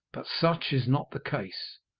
but such is not the case.